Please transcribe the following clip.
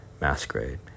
masquerade